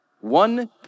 one